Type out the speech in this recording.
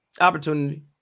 Opportunity